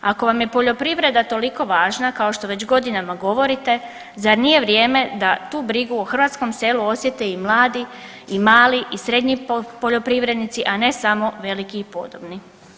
Ako vam je poljoprivreda toliko važna kao što već godinama govorite zar nije vrijeme da tu brigu o hrvatskom selu osjete i mladi i mali i srednji poljoprivrednici, a ne samo veliki i podobni.